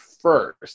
first